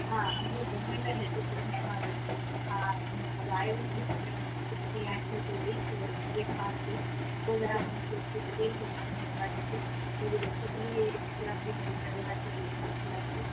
ہاں ہم لوگ گھومنے کا ہے ہاں ہم آئے ہیں حیدرآباد تو اس کے بارے تو ذرا ہم کو اس کی ڈیٹیلس کے بارے میں بتا دیتے یہ